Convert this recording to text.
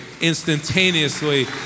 instantaneously